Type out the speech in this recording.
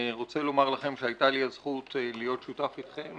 אני רוצה לומר לכם שהייתה לי הזכות להיות שותף אתכם,